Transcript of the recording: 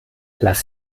lass